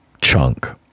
chunk